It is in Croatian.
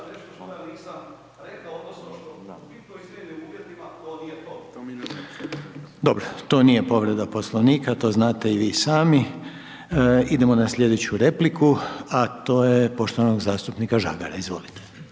Dobro, to nije povreda Poslovnika, to znate i vi sami. Idemo na slijedeću repliku a to je poštovanog zastupnika Žagara, izvolite.